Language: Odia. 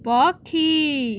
ପକ୍ଷୀ